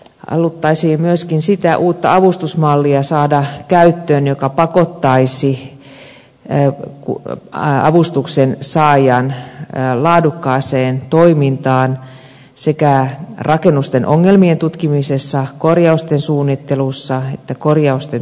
haluttaisiin myöskin saada käyttöön sitä uutta avustusmallia joka pakottaisi avustuksen saajan laadukkaaseen toimintaan sekä rakennusten ongelmien tutkimisessa korjausten suunnittelussa että korjausten toteutuksessa